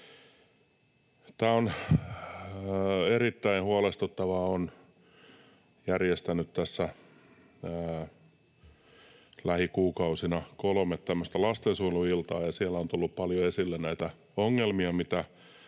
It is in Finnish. Tämä on erittäin huolestuttavaa. Olen järjestänyt tässä lähikuukausina kolme tämmöistä lastensuojeluiltaa, ja siellä on tullut paljon esille näitä ongelmia,